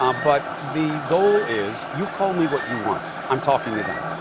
um but the goal is, you call me what you want. i'm talking to them.